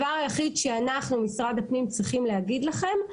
שאנחנו משרד הפנים צריכים להגיד לכם,